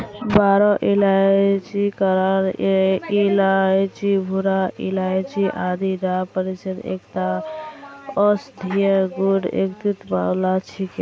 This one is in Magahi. बोरो इलायची कलवा इलायची भूरा इलायची आदि नाम स प्रसिद्ध एकता औषधीय गुण युक्त मसाला छिके